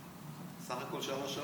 אה, עוד שעה וחצי.